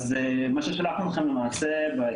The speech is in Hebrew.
אז מה שלמעשה שלחנו לכם בנתונים,